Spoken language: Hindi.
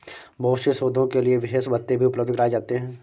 बहुत से शोधों के लिये विशेष भत्ते भी उपलब्ध कराये जाते हैं